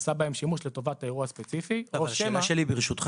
עשה בהם שימוש לטובת אירוע ספציפי או שמא --- השאלה שלי ברשותך,